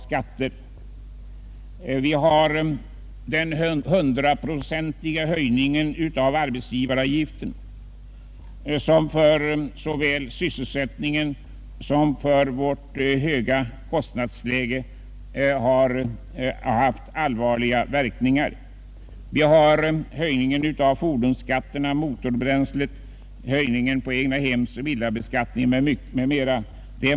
Därtill kommer den 100-procentiga höjningen av arbetsgivaravgiften, som haft allvarliga verkningar för såväl sysselsättningen som vårt höga kostnadsläge, vidare höjningar av fordonsskatterna, av skatten på motorbränsle, av egnahems och villabeskattningen m.m.